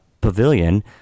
Pavilion